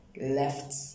left